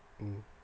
mm